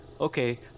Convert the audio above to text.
Okay